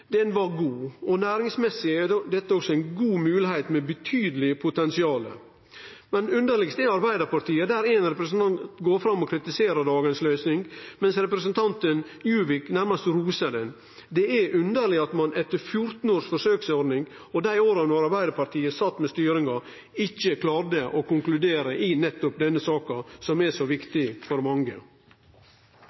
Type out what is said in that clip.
Den var god. Næringsmessig er dette også ei god moglegheit med eit stort potensial. Underlegast er Arbeidarpartiet, der ein representant går fram og kritiserer dagens løysing, medan representanten Juvik nærmast rosar ho. Det er underleg at ein etter 14 års forsøksordning, og i løpet av dei åra som Arbeidarpartiet sat med styringa, ikkje har klart å konkludere i denne saka, som er så viktig for mange.